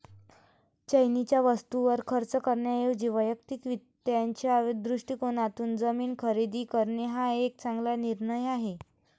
चैनीच्या वस्तूंवर खर्च करण्याऐवजी वैयक्तिक वित्ताच्या दृष्टिकोनातून जमीन खरेदी करणे हा एक चांगला निर्णय आहे